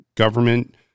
government